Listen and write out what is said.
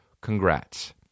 congrats